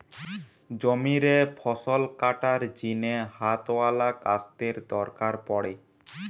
জমিরে ফসল কাটার জিনে হাতওয়ালা কাস্তের দরকার পড়ে